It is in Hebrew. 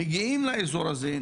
מגיעים לאזור הזה,